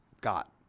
got